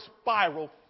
spiral